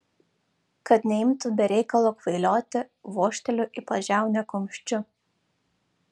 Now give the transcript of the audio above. kad neimtų be reikalo kvailioti vožteliu į pažiaunę kumščiu